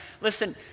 Listen